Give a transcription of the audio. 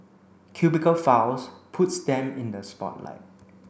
cubicle files puts them in the spotlight